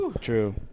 True